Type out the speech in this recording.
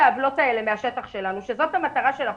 העוולות האלה מהשטח שלנו שזו המטרה של החוק.